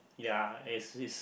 ya